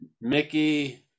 Mickey